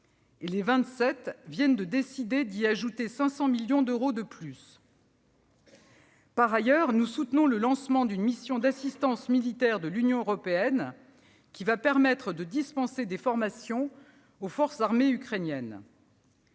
Vingt-Sept viennent de décider d'y ajouter 500 millions d'euros de plus. Par ailleurs, nous soutenons le lancement d'une mission d'assistance militaire de l'Union européenne, qui va permettre de dispenser des formations aux forces armées ukrainiennes.